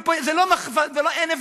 זה לא, אין הבדל.